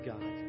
God